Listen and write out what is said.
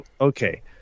Okay